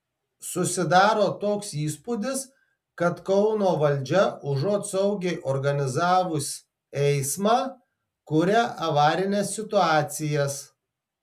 susidaro toks įspūdis kad kauno valdžia užuot saugiai organizavus eismą kuria avarines situacijas